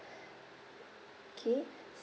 okay